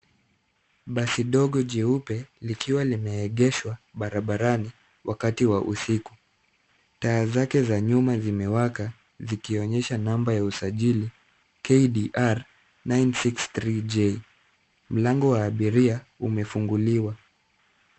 Basi ndogo jeupe, likiwa limegeshwa, barabarani, wakati wa usiku, taa zake za nyuma zimewaka, zikionyesha namba ya usajili. KDR, 963J, mlango wa abiria umefunguliwa.